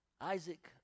Isaac